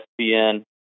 ESPN